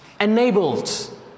enabled